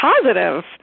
positive